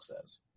says